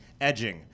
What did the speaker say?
edging